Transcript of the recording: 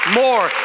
more